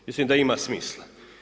Mislim da ima smisla.